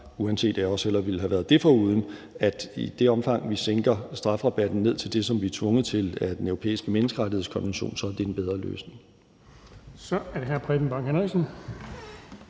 uanset at jeg også hellere ville have været det foruden, at i det omfang, vi sænker strafrabatten til det, som vi er tvunget til af Den Europæiske Menneskerettighedskonvention, så er det en bedre løsning. Kl. 13:51 Den fg.